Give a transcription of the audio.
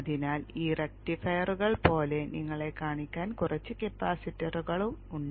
അതിനാൽ ഈ റക്റ്റിഫയറുകൾ പോലെ നിങ്ങളെ കാണിക്കാൻ കുറച്ച് കപ്പാസിറ്ററുകൾ ഉണ്ട്